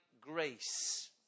grace